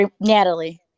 Natalie